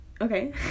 Okay